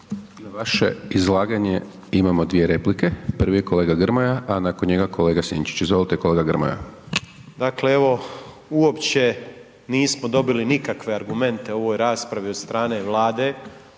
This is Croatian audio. Na vaše izlaganje imamo dvije replike. Prvi je kolega Grmoja, a nakon njega kolega Sinčić. Izvolite kolega Grmoja. **Grmoja, Nikola (MOST)** Dakle, evo, uopće nismo dobili nikakve argumente u ovoj raspravi od strane Vlade,